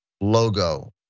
logo